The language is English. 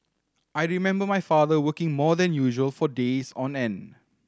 I remember my father working more than usual for days on end